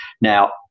Now